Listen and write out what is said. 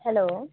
hello